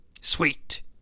sweet